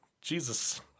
Jesus